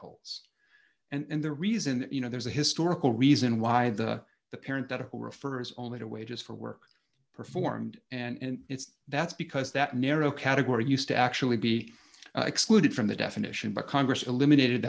holes and the reason you know there's a historical reason why the the parent who refers only to wages for work performed and it's that's because that narrow category used to actually be excluded from the definition but congress eliminated